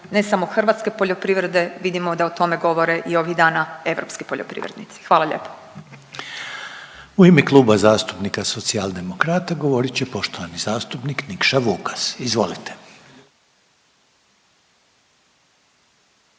ne samo hrvatske poljoprivrede, vidimo da o tome govore i ovih dana europski poljoprivrednici. Hvala lijepo. **Reiner, Željko (HDZ)** U ime Kluba zastupnika Socijaldemokrata, govorit će poštovani zastupnik Nikša Vukas. Izvolite.